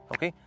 Okay